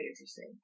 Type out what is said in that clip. interesting